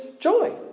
joy